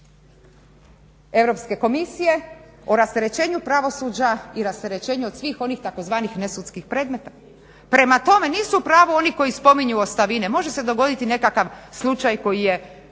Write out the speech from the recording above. Europske komisije o rasterećenju pravosuđa i rasterećenju od svih onih tzv. nesudskih predmeta. Prema tome nisu u pravu oni koji spominju ostavine. Može se dogoditi nekakav slučaj koji je